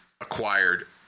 acquired